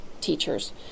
teachers